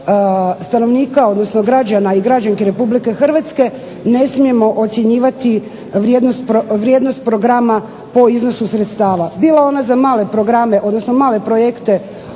stanovnika, odnosno građana i građanki RH ne smijemo ocjenjivati vrijednost programa po iznosu sredstava. Bila ona za male programe,